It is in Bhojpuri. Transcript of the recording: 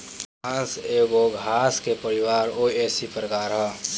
बांस एगो घास के परिवार पोएसी के प्रकार ह